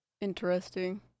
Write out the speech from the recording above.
Interesting